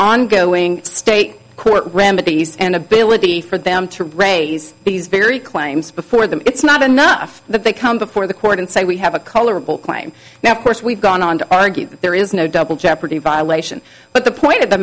ongoing state court remedies and ability for them to raise these very claims before them it's not enough that they come before the court and say we have a colorable claim now course we've gone on to argue that there is no double jeopardy violation but the point of the